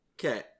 Okay